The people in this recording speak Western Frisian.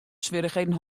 swierrichheden